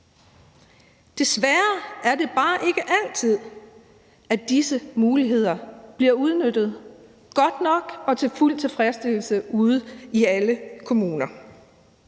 Desværre er det bare ikke altid, at disse muligheder bliver udnyttet godt nok og fuldt tilfredsstillende ude i alle kommuner.